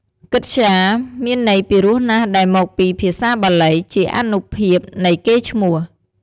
កិត្យា មានន័យពិរោះណាស់ដែលមកពីភាសាបាលី ជាអានុភាពនៃកេរ្តិ៍ឈ្មោះ។